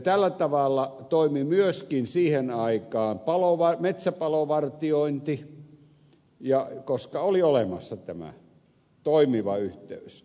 tällä tavalla toimi myöskin siihen aikaan metsäpalovartiointi koska oli olemassa tämä toimiva yhteys